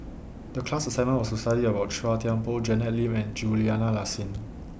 The class assignment was to study about Chua Thian Poh Janet Lim and Juliana Yasin